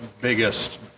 biggest